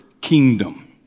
kingdom